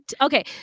Okay